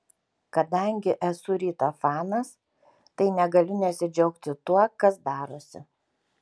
kadangi esu ryto fanas tai negaliu nesidžiaugti tuo kas darosi